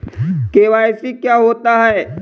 KYC क्या होता है?